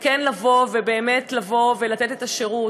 וכן לבוא ובאמת לתת את השירות,